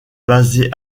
basé